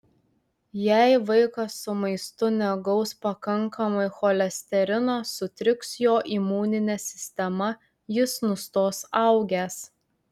jei vaikas su maistu negaus pakankamai cholesterino sutriks jo imuninė sistema jis nustos augęs